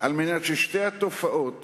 על מנת ששתי התופעות